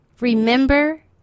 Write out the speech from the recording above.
Remember